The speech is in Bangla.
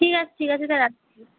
ঠিক আছে ঠিক আছে স্যার রাখছি